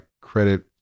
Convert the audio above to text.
credit